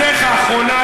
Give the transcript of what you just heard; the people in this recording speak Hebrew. על הערתך האחרונה,